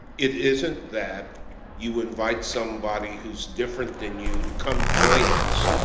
it isn't that you invite somebody who's different than you to come join us,